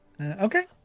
Okay